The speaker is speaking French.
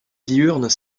diurnes